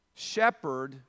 shepherd